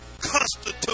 constitute